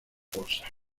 cosa